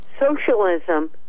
socialism